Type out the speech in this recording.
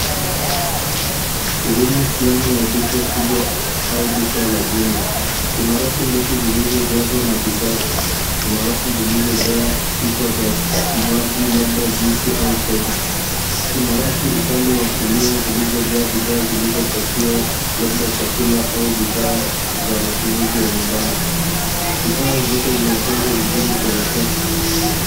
Sehemu fulani ya duka kubwa au duka la jumla. Kuna rafu ndefu zilizojazwa na bidhaa. Kuna rafu zilizojaa chupa za kinywaji labda juisi au soda. Kuna rafu upande wa kulia zilizojaa bidhaa zilizopakiwa labda chakula au bidhaa za matumizi ya nyumbani. Bidhaa zote zimepangwa vizuri kwenye safu.